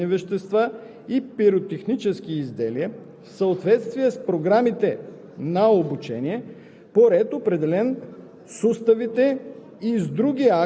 ал. 1. (9) За времето на обучението по ал. 1 обучаемите имат право да използват оръжие, боеприпаси, взривни вещества и